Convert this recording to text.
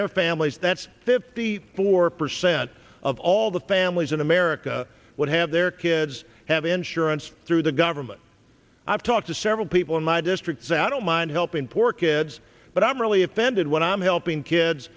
their families that's fifty four percent of all the families in america would have their kids have insurance through the government i've talked to several people in my district that don't mind helping poor kids but i'm really offended when i'm helping kids